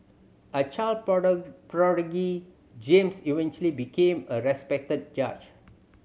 a child prodigy James eventually became a respected judge